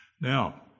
Now